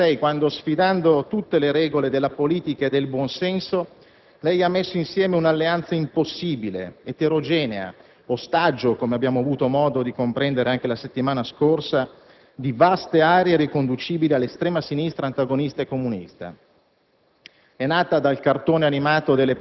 è nata ben prima, all'inizio del 2006, quando, sfidando tutte le regole della politica e del buon senso, ha messo insieme un'alleanza impossibile, eterogenea, ostaggio, come abbiamo avuto modo di comprendere anche la settimana scorsa, di vaste aree riconducibili all'estrema sinistra antagonista e comunista.